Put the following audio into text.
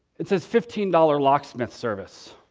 it says, fifteen locksmith service.